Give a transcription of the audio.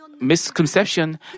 misconception